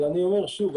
אני אומר שוב,